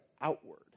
outward